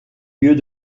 lieux